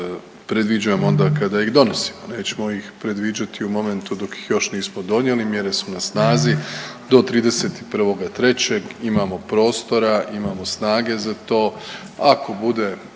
predviđamo onda kada ih donosimo. Nećemo ih predviđati u momentu dok ih još nismo donijeli. Mjere su na snazi. Do 31. 3. imamo prostora, imamo snage za to.